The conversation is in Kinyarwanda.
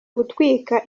gutwika